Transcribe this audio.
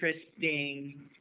interesting